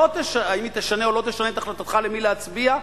האם היא תשנה או לא תשנה את החלטתך למי להצביע?